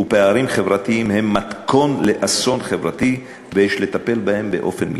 ופערים חברתיים הם מתכון לאסון חברתי ויש לטפל בהם באופן מיידי.